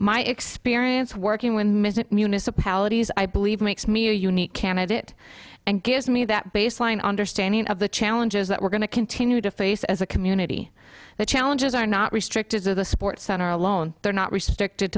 my experience working with municipalities i believe makes me a unique candidate and gives me that baseline understanding of the challenges that we're going to continue to face as a community the challenges are not restricted to the sports center alone they're not restricted